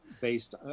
based